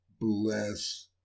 bless